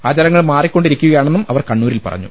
ആചാരങ്ങൾ മാറിക്കൊണ്ടിരി ക്കുകയാണെന്നും അവർ കണ്ണൂരിൽ പറഞ്ഞു